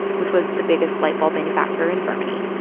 which was the biggest light bulb manufacturer in germany?